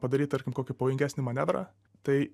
padaryt tarkim kokį pavojingesnį manevrą tai